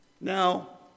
Now